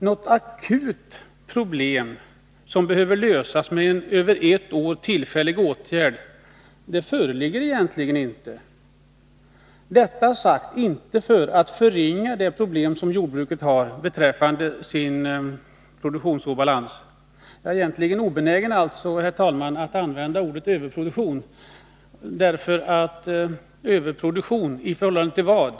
Något akut problem som behöver lösas med en över ett år tillfällig åtgärd föreligger alltså egentligen inte. Med detta vill jag emellertid inte förringa det problem som jordbruket har med sin produktionsobalans. Jag är alltså obenägen att använda ordet ”överproduktion”. Man måste ju fråga sig: I förhållande till vad?